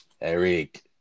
Eric